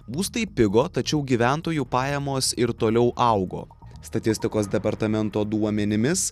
būstai pigo tačiau gyventojų pajamos ir toliau augo statistikos departamento duomenimis